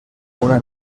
una